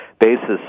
basis